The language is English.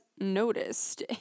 noticed